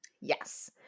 Yes